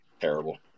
Terrible